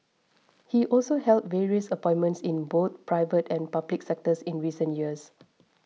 he also held various appointments in both private and public sectors in recent years